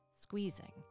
squeezing